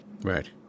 Right